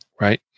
right